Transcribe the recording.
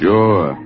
Sure